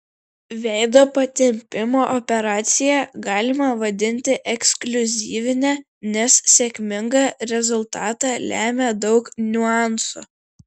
veido patempimo operaciją galima vadinti ekskliuzyvine nes sėkmingą rezultatą lemia daug niuansų